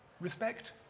respect